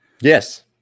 Yes